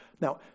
Now